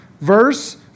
verse